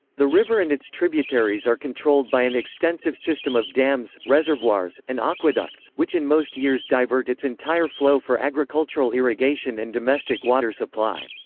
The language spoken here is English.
the river and its tributaries are controlled by an extensive system of dams, reservoirs, and aqueducts, which in most years divert its entire flow for agricultural irrigation and domestic water supply.